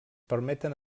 permeten